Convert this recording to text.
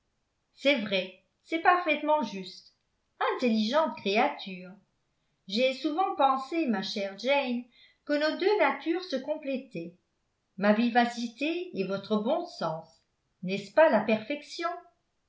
c'est vrai c'est parfaitement juste intelligente créature j'ai souvent pensé ma chère jane que nos deux natures se complétaient ma vivacité et votre bon sens n'est-ce pas la perfection